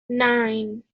nine